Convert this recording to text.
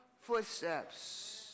footsteps